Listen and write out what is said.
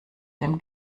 dem